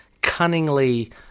cunningly